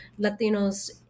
Latinos